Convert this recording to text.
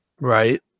Right